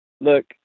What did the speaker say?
look